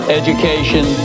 education